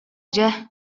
дьэ